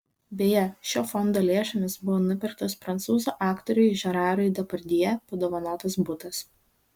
beje šio fondo lėšomis buvo nupirktas prancūzų aktoriui žerarui depardjė padovanotas butas